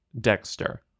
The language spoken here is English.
Dexter